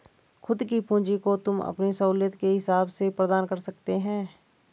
खुद की पूंजी को तुम अपनी सहूलियत के हिसाब से प्रदान कर सकते हो